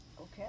Okay